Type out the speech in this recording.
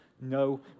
no